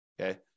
okay